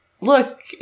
look